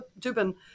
Dubin